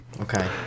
Okay